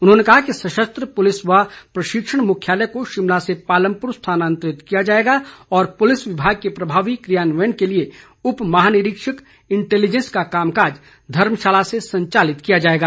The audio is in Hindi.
उन्होंने कहा कि सशस्त्र पुलिस व प्रशिक्षण मुख्यालय को शिमला से पालमपुर स्थानांतरित किया जाएगा और पुलिस विभाग के प्रभावी कियान्वयन के लिए उप महानिरीक्षक इंटेलिजेंस का कामकाज धर्मशाला से संचालित किया जाएगा